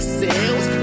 sales